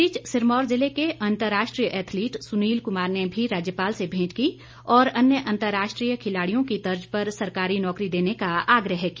इस बीच सिरमौर जिले के अंतर्राष्ट्रीय एथलीट सुनील कुमार ने भी राज्यपाल से भेंट की और अन्य अंतर्राष्ट्रीय खिलाड़ियों की तर्ज पर सरकारी नौकरी देने का आग्रह किया